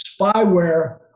spyware